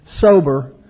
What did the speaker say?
sober